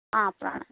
ହଁ ପ୍ରଣାମ